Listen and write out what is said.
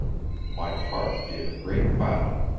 my heart gave a great bound,